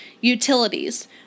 utilities